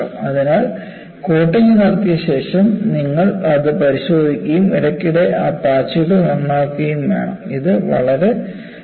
അതിനാൽ കോട്ടിംഗ് നടത്തിയശേഷം നിങ്ങൾ അത് പരിശോധിക്കുകയും ഇടയ്ക്കിടെ ആ പാച്ചുകൾ നന്നാക്കുകയും വേണം ഇത് വളരെ പ്രധാനമാണ്